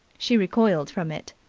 she recoiled from it.